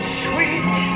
sweet